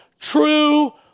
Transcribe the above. true